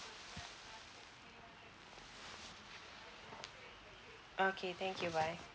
okay thank you bye